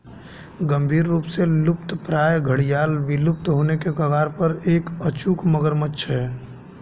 गंभीर रूप से लुप्तप्राय घड़ियाल विलुप्त होने के कगार पर एक अचूक मगरमच्छ है